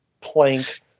plank